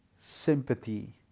sympathy